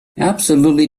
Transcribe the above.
absolutely